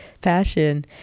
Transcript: passion